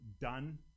done